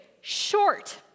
Short